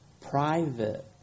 Private